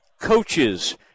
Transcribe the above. Coaches